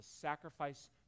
sacrifice